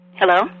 Hello